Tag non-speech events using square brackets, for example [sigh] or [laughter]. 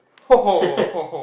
[laughs]